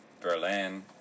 Berlin